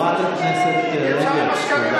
חברת הכנסת רגב.